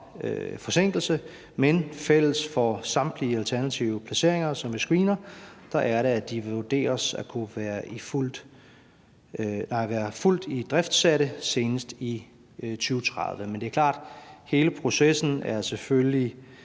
forsinkelse, men fælles for samtlige alternative placeringer, som vi screener, er, at de vil vurderes at være fuldt idriftsatte senest i 2030. Men det er klart, at hele processen selvfølgelig